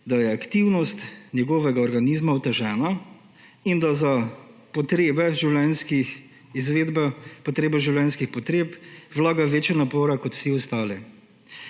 da je aktivnost njegovega organizma otežena in da v izvedbo življenjskih potreb vlaga večje napore kot vsi